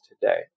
today